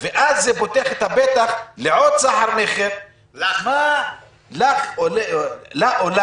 ואז זה פותח את הפתח לעוד סחר מכר לה או לו.